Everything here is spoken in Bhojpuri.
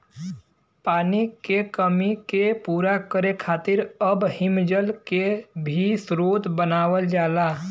पानी के कमी के पूरा करे खातिर अब हिमजल के भी स्रोत बनावल जाला